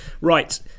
Right